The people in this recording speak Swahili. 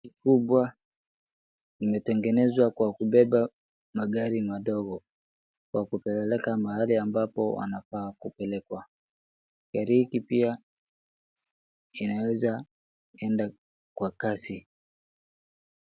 Kubwa imetengenezwa kwa kubeba magari madogo, kwa kupeleka mahali ambapo wanafaa kupelekwa. Gari hiki pia inaeza enda kwa kasi.